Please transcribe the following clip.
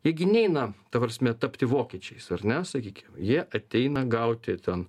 jie gi neina ta prasme tapti vokiečiais ar ne sakykim jie ateina gauti ten